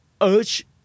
urge